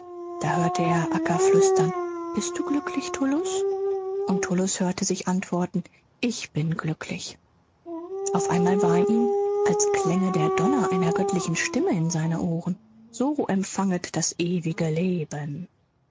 da hörte er acca flüstern bist du glücklich tullus und tullus hörte sich antworten ich bin glücklich auf einmal war ihm als klänge der donner einer göttlichen stimme in seine ohren so empfanget das ewige leben